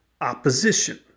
opposition